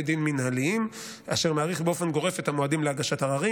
דין מינהליים אשר מאריך באופן גורף את המועדים להגשת עררים,